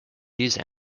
these